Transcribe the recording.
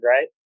right